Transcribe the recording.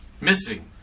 missing